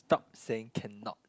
stop saying cannot